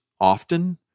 often